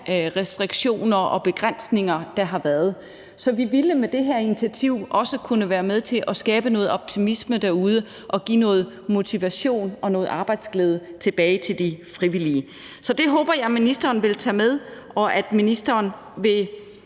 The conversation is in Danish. coronarestriktioner og begrænsninger, der har været. Så vi ville med det her initiativ også kunne være med til at skabe noget optimisme derude og give noget motivation og noget arbejdsglæde tilbage til de frivillige. Så det håber jeg at ministeren vil tage med, og at ministeren vil